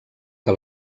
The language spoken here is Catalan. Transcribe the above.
que